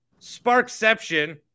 Sparkception